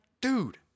dude